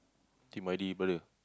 Maidy brother